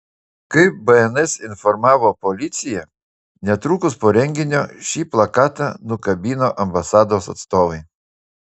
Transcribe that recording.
kaip bns informavo policija netrukus po renginio šį plakatą nukabino ambasados atstovai